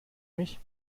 mich